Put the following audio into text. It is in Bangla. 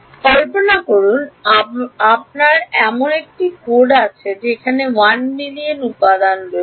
কল্পনা করুন আপনার এমন একটি কোড আছে যেখানে 1 মিলিয়ন উপাদান রয়েছে